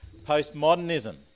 postmodernism